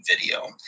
video